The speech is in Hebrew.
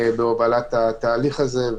בהובלת התהליך הזה.